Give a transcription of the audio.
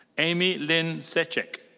amy lynne seczek.